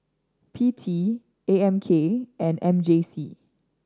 P T A M K and M J C